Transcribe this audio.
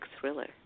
thriller